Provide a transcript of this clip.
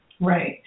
Right